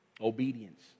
obedience